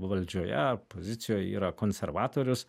valdžioje opozicijoj yra konservatorius